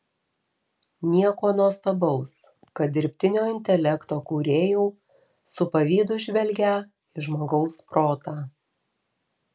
nieko nuostabaus kad dirbtinio intelekto kūrėjau su pavydu žvelgią į žmogaus protą